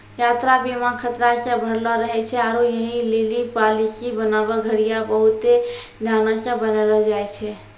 यात्रा बीमा खतरा से भरलो रहै छै आरु यहि लेली पालिसी बनाबै घड़ियां बहुते ध्यानो से बनैलो जाय छै